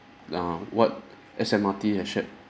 uh what S_M_R_T has shared